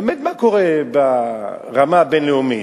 באמת מה קורה ברמה הבין-לאומית?